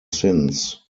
sins